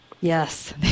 Yes